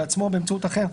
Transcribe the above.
בעצמו או באמצעות אחר,